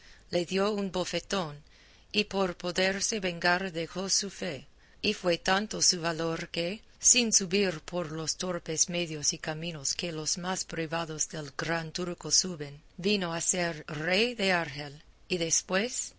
le dio un bofetón y por poderse vengar dejó su fe y fue tanto su valor que sin subir por los torpes medios y caminos que los más privados del gran turco suben vino a ser rey de argel y después